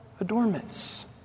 adornments